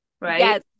Right